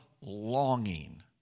longing